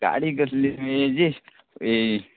गाडी कसली हेजी ही